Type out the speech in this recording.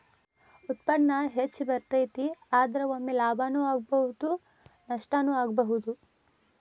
ಉತ್ಪನ್ನಾ ಹೆಚ್ಚ ಬರತತಿ, ಆದರ ಒಮ್ಮೆ ಲಾಭಾನು ಆಗ್ಬಹುದು ನಷ್ಟಾನು ಆಗ್ಬಹುದು